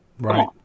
Right